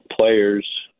players